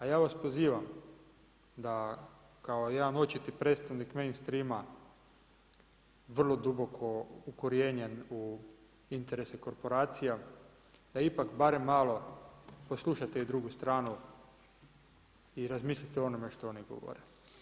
Ja vas pozivam da kao jedan očiti predstavnik ministra, ima vrlo duboko ukorijenjen u interese korporacija da ipak barem malo poslušate i drugi stranu i razmislite o onome što oni govore.